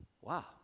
Wow